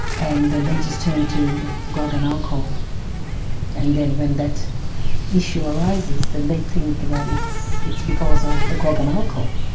and then they just turn to grog and alcohol and then when that issue arises then they think that it's it's because of the grog and alcohol,